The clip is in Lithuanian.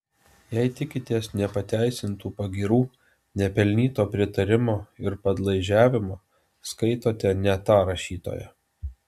jei tikitės nepateisintų pagyrų nepelnyto pritarimo ir padlaižiavimo skaitote ne tą rašytoją